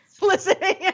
listening